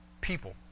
people